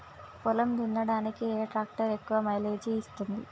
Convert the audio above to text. పొలం దున్నడానికి ఏ ట్రాక్టర్ ఎక్కువ మైలేజ్ ఇస్తుంది?